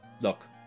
look